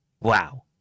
wow